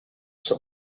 sir